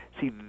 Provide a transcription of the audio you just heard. see